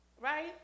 right